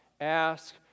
ask